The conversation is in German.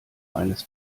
eines